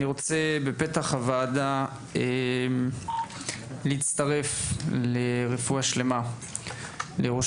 אני רוצה בפתח הוועדה להצטרף לרפואה שלמה לראש